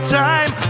time